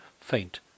faint